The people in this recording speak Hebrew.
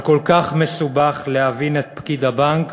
אבל כל כך מסובך להבין את פקיד הבנק